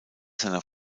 seiner